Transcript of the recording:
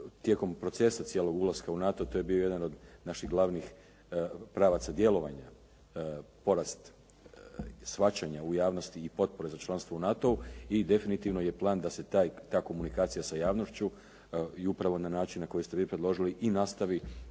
Tijekom procesa cijelog ulaska u NATO to je bio jedan od naših glavnih pravaca djelovanja porast shvaćanja u javnosti i potpore za članstvo u NATO-u. I definitivno je plan da se ta komunikacija s javnošću i upravo na način koji ste vi predložili i nastavi